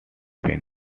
been